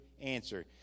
answer